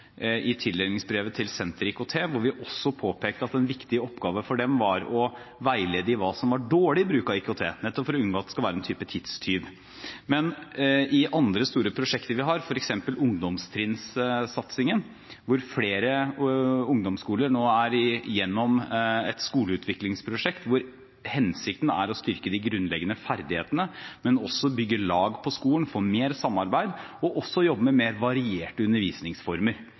i tildelingsbrevet til Senter for IKT i utdanningen, der vi påpekte at en viktig oppgave for dem er å veilede i hva som er dårlig bruk av IKT, nettopp for å unngå at det skal være en tidstyv. I andre store prosjekter vi har, f.eks. ungdomstrinnsatsingen, der flere ungdomsskoler nå er igjennom et skoleutviklingsprosjekt, er hensikten å styrke de grunnleggende ferdighetene, men også å bygge lag på skolen, få til mer samarbeid og jobbe med mer varierte undervisningsformer.